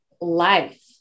life